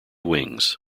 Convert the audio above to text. wings